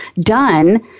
done